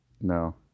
No